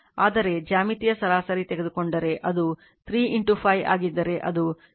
ಆದರೆ ಜ್ಯಾಮಿತೀಯ ಸರಾಸರಿ ತೆಗೆದುಕೊಂಡರೆ ಅದು 3 5 ಆಗಿದ್ದರೆ ಅದು √ 15 ಆಗಿರುತ್ತದೆ